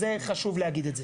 את זה חשוב להגיד.